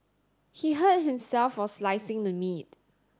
he hurt himself while slicing the meat